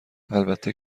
البته